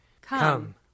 Come